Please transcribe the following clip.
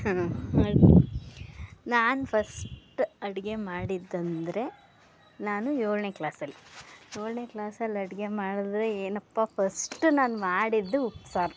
ನಾನು ಫಸ್ಟ್ ಅಡುಗೆ ಮಾಡಿದ್ದೆಂದ್ರೆ ನಾನು ಏಳನೇ ಕ್ಲಾಸಲ್ಲಿ ಏಳನೇ ಕ್ಲಾಸಲ್ಲಿ ಅಡುಗೆ ಮಾಡಿದರೆ ಏನಪ್ಪಾ ಫಸ್ಟು ನಾನು ಮಾಡಿದ್ದು ಉಪ್ಸಾರು